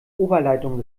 oberleitung